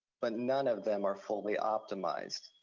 but none of them are fully optimized.